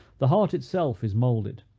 the heart itself is moulded.